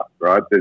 right